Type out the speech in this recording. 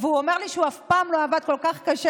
והוא אומר לי שהוא אף פעם לא עבד כל כך קשה